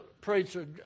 preacher